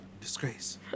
Disgrace